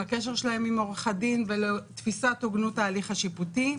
לקשר שלהם עם עורך הדין ולתפיסת הוגנות ההליך השיפוטי.